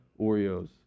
Oreos